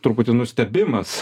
truputį nustebimas